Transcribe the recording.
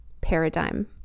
paradigm